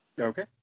Okay